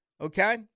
Okay